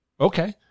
Okay